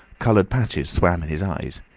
coloured patches swam in his eyes.